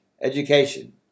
education